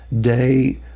day